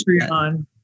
Patreon